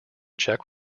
czech